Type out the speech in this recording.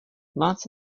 lots